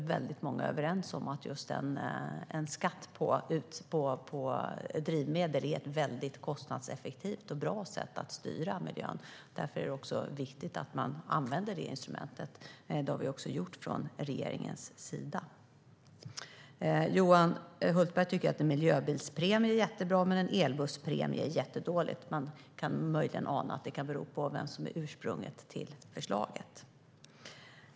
Många är överens om att just en skatt på drivmedel är ett kostnadseffektivt och bra sätt att styra miljön. Därför är det viktigt att vi använder detta instrument, och det gör också regeringen. Johan Hultberg tycker att en miljöbilspremie är jättebra men att en elbusspremie är jättedåligt. Man kan ana att det kan bero på vem som är ursprunget till förslaget.